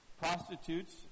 prostitutes